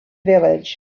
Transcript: village